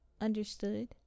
understood